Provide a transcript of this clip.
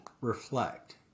reflect